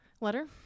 Letter